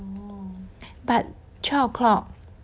but twelve o'clock